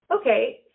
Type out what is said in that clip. Okay